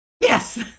Yes